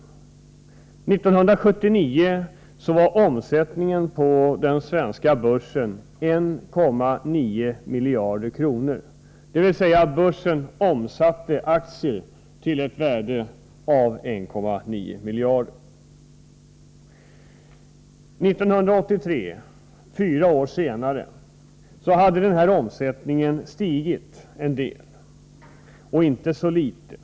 1979 var omsättningen på den svenska börsen 1,9 miljarder, dvs. börsen omsatte aktier till ett värde av detta belopp. 1983 — fyra år senare — hade den här omsättningen stigit en del, och inte så litet.